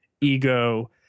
ego